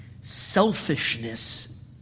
selfishness